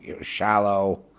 shallow